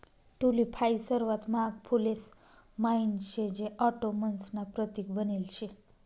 tulip हाई सर्वात महाग फुलेस म्हाईन शे जे ऑटोमन्स ना प्रतीक बनेल शे